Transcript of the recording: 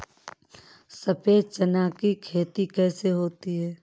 सफेद चना की खेती कैसे होती है?